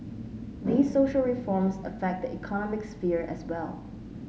these social reforms affect the economic sphere as well